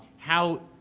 how,